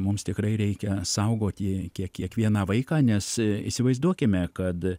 mums tikrai reikia saugoti kie kiekvieną vaiką nes įsivaizduokime kad